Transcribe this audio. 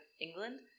England